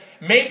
make